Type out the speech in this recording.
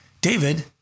David